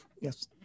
yes